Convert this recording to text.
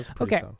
Okay